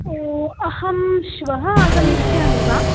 ओ अहं श्वः आगमिष्यामि वा